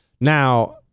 now